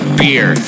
beer